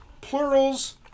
Plurals